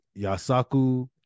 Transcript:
Yasaku